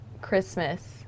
Christmas